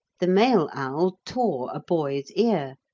the male owl tore a boy's ear,